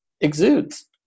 exudes